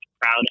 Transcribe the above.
proud